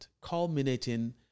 culminating